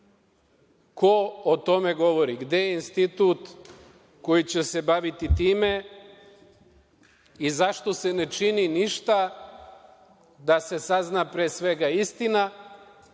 o tome govori? Gde je institut koji će se baviti time i zašto se ne čini ništa da se sazna, pre svega, istina,